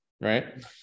Right